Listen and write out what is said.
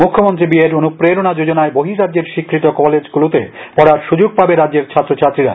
মুখ্যমন্ত্রী বিএড অনুপ্রেরণা যোজনায় বহির্রাজ্যের স্বীকৃত কলেজগুলোতে পড়ার সুযোগ পাবে রাজ্যের ছাত্রছাত্রীরা